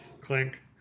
Clink